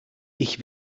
ich